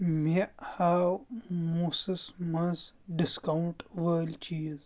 مےٚ ہاو موٗسس مَنٛز ڈسکاونٛٹ وٲلۍ چیٖز